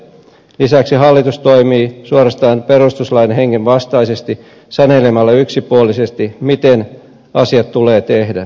lisäksi hallitus toimii suorastaan perustuslain hengen vastaisesti sanelemalla yksipuolisesti miten asiat tulee tehdä